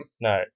no